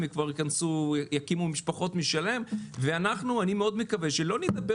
הם כבר יקימו משפחות משלהם ואני מאוד מקווה שאנחנו לא נדבר